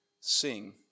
sing